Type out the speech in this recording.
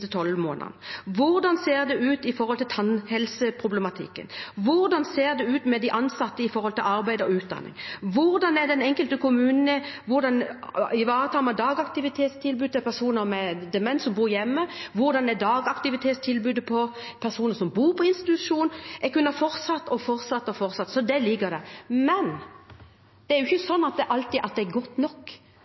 til når det gjelder legevurdering de siste tolv månedene? Hvordan ser det ut med tanke på tannhelseproblematikk? Hvordan ser det ut for de ansatte med tanke på arbeid og utdanning? Hvordan ivaretar den enkelte kommune dagaktivitetstilbudet for personer med demens som bor hjemme? Hvordan er dagaktivitetstilbudet for personer som bor på institusjon? Jeg kunne fortsatt og fortsatt, så dette ligger der. Men det er ikke alltid godt nok. Derfor er det viktig å følge med på om det er